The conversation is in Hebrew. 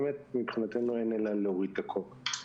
מבחינתנו אין אלא להוריד את הכובע.